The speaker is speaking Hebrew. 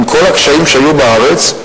עם כל הקשיים שהיו בארץ,